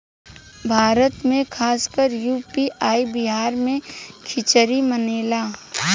भारत मे खासकर यू.पी आ बिहार मे खिचरी मानेला